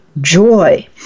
joy